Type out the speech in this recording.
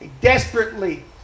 desperately